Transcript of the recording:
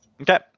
Okay